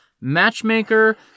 Matchmaker